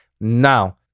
Now